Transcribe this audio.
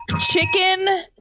Chicken